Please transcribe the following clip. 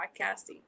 podcasting